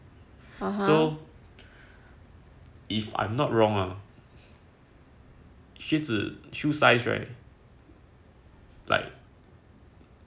so if I'm not wrong ah shoe size right like